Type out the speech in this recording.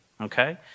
Okay